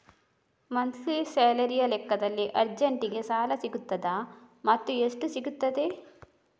Monthly ಸ್ಯಾಲರಿಯ ಲೆಕ್ಕದಲ್ಲಿ ಅರ್ಜೆಂಟಿಗೆ ಸಾಲ ಸಿಗುತ್ತದಾ ಮತ್ತುಎಷ್ಟು ಸಿಗುತ್ತದೆ?